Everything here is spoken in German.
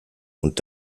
und